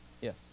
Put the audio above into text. Yes